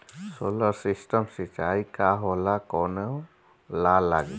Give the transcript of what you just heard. Solar system सिचाई का होला कवने ला लागी?